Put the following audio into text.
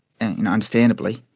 understandably